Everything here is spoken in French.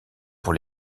pour